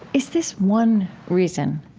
is this one reason